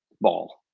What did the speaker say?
ball